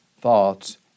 thoughts